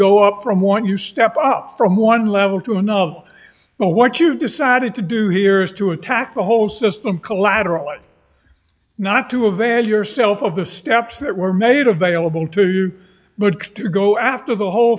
go up from what you step up from one level to and of what you've decided to do here is to attack the whole system collaterally not to avail yourself of the steps that were made available to you but to go after the whole